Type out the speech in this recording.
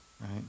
right